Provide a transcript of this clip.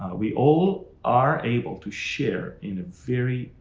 ah we all are able to share in a very,